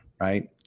Right